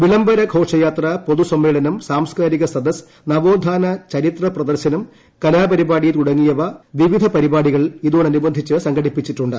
വിളംബരഘോഷയാത്ര പൊതുസമ്മേളനം സാംസ്കാരിക സദസ്സ് നവോത്ഥാന ചരിത്രപ്രദർശനം കലാപരിപാടി തുടങ്ങിയ വിവിധ പരിപാടികൾ ഇതോടുനുബന്ധിച്ച് സംഘടിപ്പിച്ചിട്ടുണ്ട്